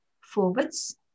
forwards